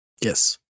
Yes